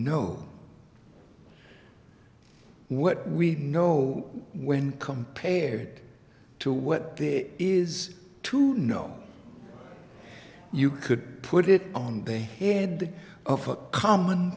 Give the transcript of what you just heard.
know what we know when compared to what there is to know you could put it on the head of a common